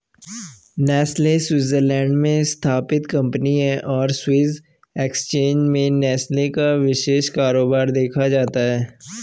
Nestle Switzerland में स्थित company है और स्विस एक्सचेंज में नेस्ले का विशेष कारोबार देखा जाता है